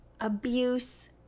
abuse